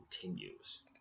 continues